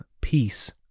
peace